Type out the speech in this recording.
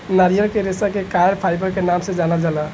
नारियल के रेशा के कॉयर फाइबर के नाम से जानल जाला